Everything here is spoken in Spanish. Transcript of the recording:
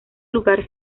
lugar